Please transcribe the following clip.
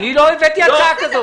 אני לא הבאתי הצעה כזאת.